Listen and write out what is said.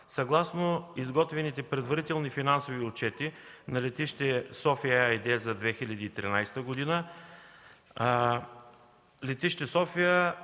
Съгласно изготвените предварителни финансови отчети на „Летище София” ЕАД за 2013 г.